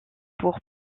pour